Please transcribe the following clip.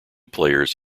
players